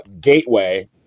gateway